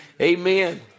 Amen